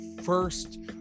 first